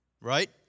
Right